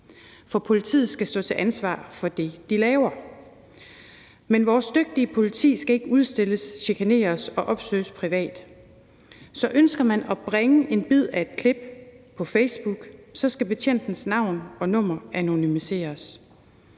for politiet skal stå til ansvar for det, de laver. Men vores dygtige politi skal ikke udstilles, chikaneres og opsøges privat, så ønsker man at bringe en bid af et klip på Facebook, skal betjentens navn og nummer anonymiseres,